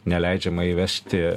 neleidžiama įvežti